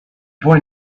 boy